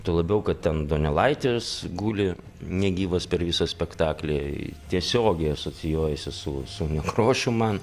tuo labiau kad ten donelaitis guli negyvas per visą spektaklį tiesiogiai asocijuojasi su su nekrošium man